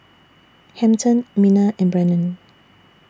Hampton Minna and Brannon